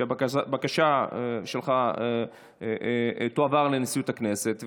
שהבקשה שלך תועבר לנשיאות הכנסת,